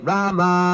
Rama